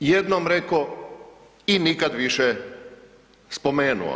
Jednom rekao i nikad više spomenuo.